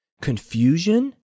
Confusion